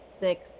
six